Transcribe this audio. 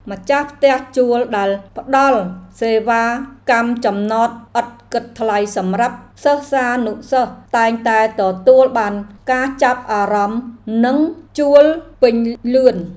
ម្ចាស់ផ្ទះជួលដែលផ្តល់សេវាកម្មចំណតឥតគិតថ្លៃសម្រាប់សិស្សានុសិស្សតែងតែទទួលបានការចាប់អារម្មណ៍និងជួលពេញលឿន។